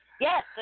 Yes